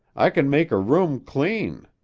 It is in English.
i can make a room clean.